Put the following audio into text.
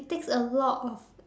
it takes a lot of